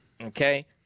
Okay